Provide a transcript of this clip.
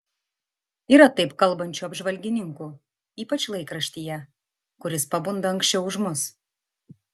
yra taip kalbančių apžvalgininkų ypač laikraštyje kuris pabunda anksčiau už mus